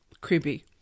Creepy